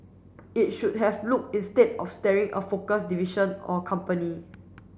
it should have looked instead at starting a focused division or company